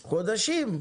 חודשים.